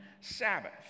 Sabbath